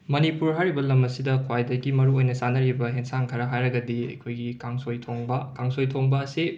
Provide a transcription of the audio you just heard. ꯃꯅꯤꯄꯨꯔ ꯍꯥꯏꯔꯤꯕ ꯂꯝ ꯑꯁꯤꯗ ꯈ꯭ꯋꯥꯏꯗꯒꯤ ꯃꯔꯨꯑꯣꯏꯅ ꯆꯥꯅꯔꯤꯕ ꯍꯦꯟꯁꯥꯡ ꯈꯔ ꯍꯥꯏꯔꯒꯗꯤ ꯑꯩꯈꯣꯏꯒꯤ ꯀꯥꯡꯁꯣꯏ ꯊꯣꯡꯕ ꯀꯥꯡꯁꯣꯏ ꯊꯣꯡꯕ ꯑꯁꯤ